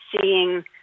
seeing